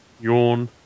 Yawn